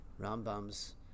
Rambam's